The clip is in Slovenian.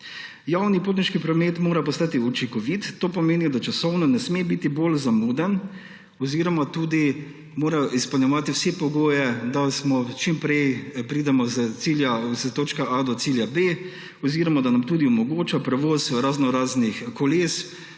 Javni potniški promet mora postati učinkovit, to pomeni, da časovno ne sme biti bolj zamuden, oziroma tudi mora izpolnjevati vse pogoje, da čim prej pridemo iz točke A do cilja B, oziroma da nam tudi omogoča prevoz raznoraznih koles,